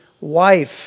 wife